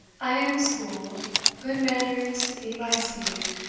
i am schooled good-manners be my speed!